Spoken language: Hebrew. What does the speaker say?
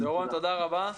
דורון, תודה רבה.